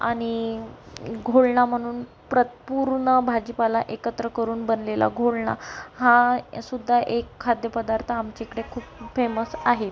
आणि घोळणा म्हणून प्रत पूर्ण भाजीपाला एकत्र करून बनलेला घोळणा हासुद्धा एक खाद्यपदार्थ आमच्या इकडे खूप फेमस आहे